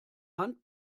hand